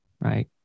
Right